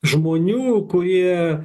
žmonių kurie